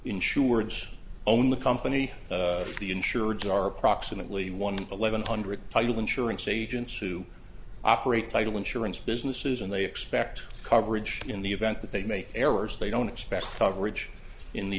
insureds own the company the insurers are approximately one eleven hundred title insurance agents who operate title insurance businesses and they expect coverage in the event that they make errors they don't expect coverage in the